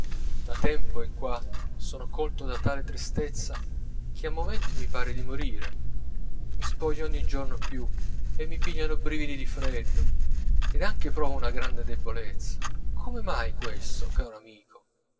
da tempo in qua sono colto da tale tristezza che a momenti mi pare di morire mi spoglio ogni giorno più e mi pigliano brividi di freddo ed anche provo una grande debolezza come mai questo caro amico